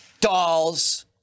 dolls